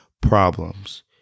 problems